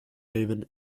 haven